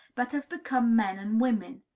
but have become men and women.